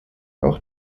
auch